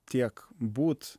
tiek būt